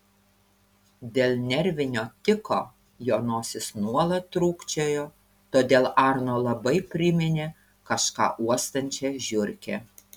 dėl nervinio tiko jo nosis nuolat trūkčiojo todėl arno labai priminė kažką uostančią žiurkę